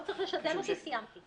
לא צריך לשדל אותי, סיימתי.